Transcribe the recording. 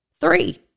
Three